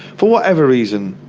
for whatever reason,